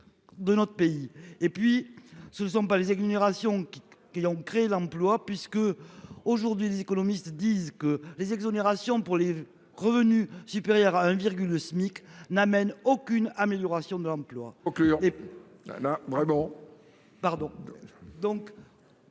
et puis, ce ne sont pas les agglomérations qui qui ont crée l'emploi, puisque aujourd'hui les économistes disent que les exonérations pour les revenus supérieurs à 1 virgule SMIC n'amène aucune amélioration de l'emploi.